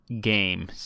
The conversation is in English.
game